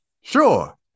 Sure